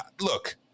look